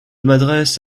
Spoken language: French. m’adresse